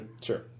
sure